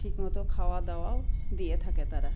ঠিকমতো খাওয়া দাওয়াও দিয়ে থাকে তারা